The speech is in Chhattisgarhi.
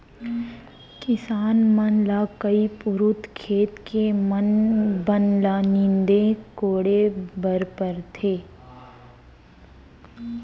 किसान मन ल कई पुरूत खेत के बन ल नींदे कोड़े बर परथे